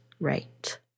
right